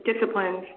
disciplines